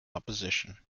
opposition